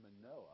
Manoah